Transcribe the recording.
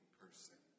person